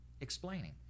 Explaining